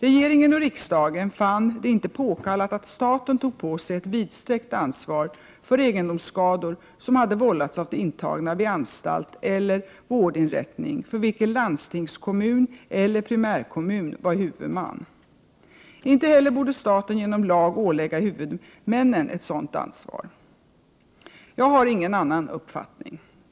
Regeringen och riksdagen fann det inte påkallat att staten tog på sig ett vidsträckt ansvar för egendomsskador som hade vållats av intagna vid anstalt eller vårdinrättning för vilken landstingskommun eller primärkommun var huvudman. Inte heller borde staten genom lag ålägga huvudmännen ett sådant ansvar. Jag har ingen annan uppfattning.